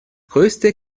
größte